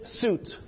suit